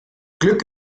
glück